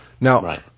Now